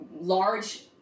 large